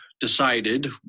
decided